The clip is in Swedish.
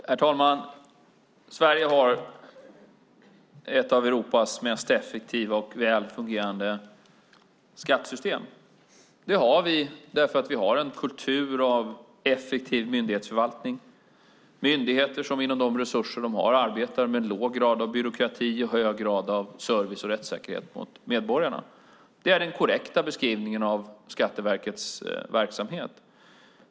Herr talman! Sverige har ett av Europas mest effektiva och väl fungerande skattesystem. Det har vi därför att vi har en kultur av effektiv myndighetsförvaltning, myndigheter som med de resurser de har arbetar med en låg grad av byråkrati och en hög grad av service och rättssäkerhet mot medborgarna. Det är den korrekta beskrivningen av Skatteverkets verksamhet.